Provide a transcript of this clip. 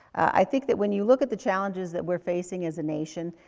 i think that when you look at the challenges that we're facing as a nation,